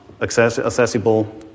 accessible